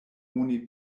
oni